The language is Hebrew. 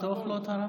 לפתוח לו את הרמקול,